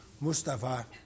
Mustafa